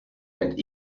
and